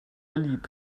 lieb